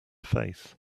faith